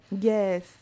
yes